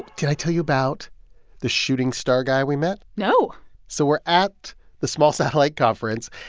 did i tell you about the shooting star guy we met? no so we're at the small satellite conference.